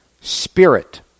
spirit